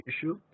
issue